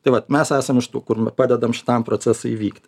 tai vat mes esam iš tų kur padedam šitam procesui įvykti